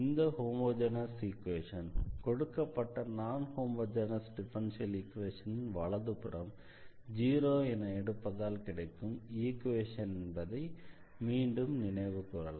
இந்த homogeneous equation கொடுக்கப்பட்ட நான் ஹோமொஜெனஸ் டிஃபரன்ஷியல் ஈக்வேஷனின் வலதுபுறம் 0 என எடுப்பதால் கிடைக்கும் ஈக்வேஷன் என்பதை மீண்டும் நினைவு கூறலாம்